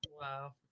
Wow